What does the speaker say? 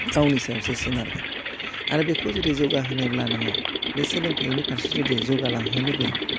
गावनि सायावसो सोनारगोन आरो बेखौ जुदि जौगा होनोब्ला नोङो बे सोलोंथाइनि फारसे जुदि जौगा लांहोनोब्ला